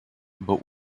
but